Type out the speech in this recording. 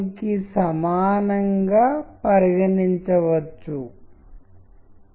మీరు దానిని విభిన్న శీర్షికలతో ప్రదర్శించిన ప్రతిసారీ చిత్రం యొక్క అర్థం మారుతుంది